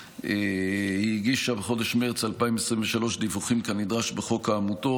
היא הגישה בחודש מרץ 2023 דיווחים כנדרש בחוק העמותות,